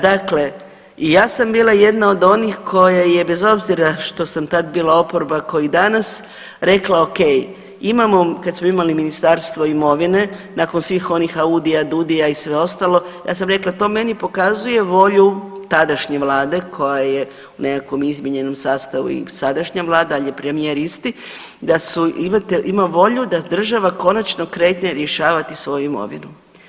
Dakle, i ja sam bila jedna od onih koja je bez obzira što sam tad bila oporba ko i danas rekla ok, imamo kad smo imali Ministarstvo imovine nakon svih onih AUDI-a, DUDI-a i sve ostalo, ja sam rekla to meni pokazuje volju tadašnje vlade koja je u nekakvom izmijenjenom sastavu i sadašnja vlada ali je premijer isti, da su, imate, ima volju da država konačno krene rješavati svoju imovinu.